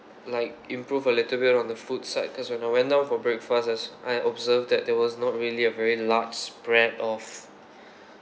like improve a little bit on the food side cause when I went down for breakfast I was I observed that there was not really a very large spread of